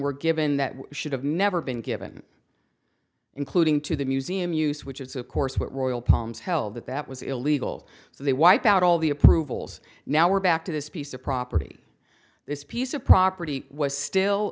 were given that should have never been given including to the museum use which is of course what royal palms held that that was illegal so they wiped out all the approvals now we're back to this piece of property this piece of property was still